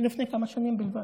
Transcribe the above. לפני כמה שנים בלבד.